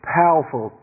powerful